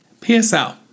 PSL